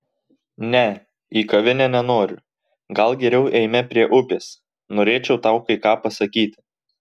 ne į kavinę nenoriu gal geriau eime prie upės norėčiau tau kai ką pasakyti